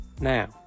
now